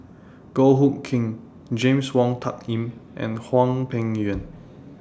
Goh Hood Keng James Wong Tuck Yim and Hwang Peng Yuan